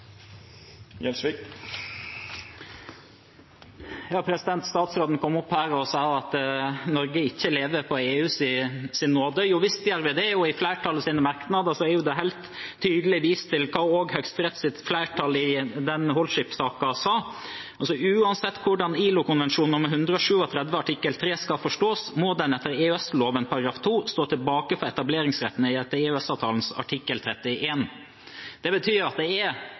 Statsråden kom opp her og sa at Norge ikke lever på EUs nåde. Jo visst gjør vi det. I flertallets merknader er det helt tydelig vist til hva også Høyesteretts flertall i Holship-saken sa: «Uansett hvordan ILO-konvensjon nr. 137 artikkel 3 skal forstås, må den etter EØS-loven § 2 stå tilbake for etableringsretten etter EØS-avtalen artikkel 31.» Det betyr at det er